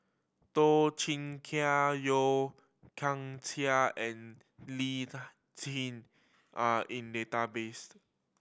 Toh Chin Chye Yeo Kian Chai and Lee Tjin are in database